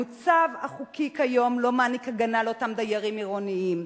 המצב החוקי כיום לא מעניק הגנה לאותם דיירים עירוניים.